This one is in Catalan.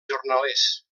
jornalers